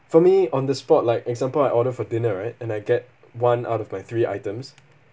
for me on the spot like example I order for dinner right and I get one out of my three items